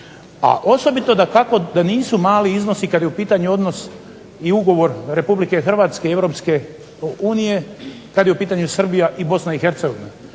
A osobito dakako da nisu mali iznosi kad je u pitanju odnos i ugovor Republike Hrvatske i Europske unije, kad je u pitanju Srbija i Bosna i Hercegovina.